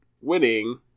winning